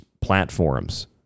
platforms